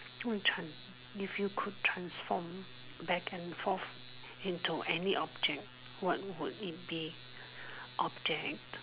what trans~ if you could transform back and forth into any object what would it be object